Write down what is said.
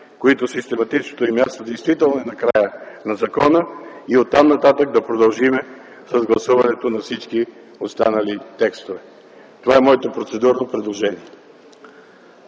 които систематичното им място действително е накрая на закона, и от там нататък да продължим с гласуването на всички останали текстове. Това е моето процедурно предложение.